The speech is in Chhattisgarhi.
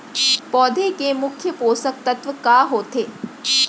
पौधे के मुख्य पोसक तत्व का होथे?